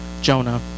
Jonah